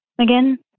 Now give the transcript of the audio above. again